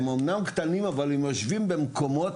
הם אמנם קטנים אבל הם יושבים במקומות